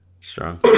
Strong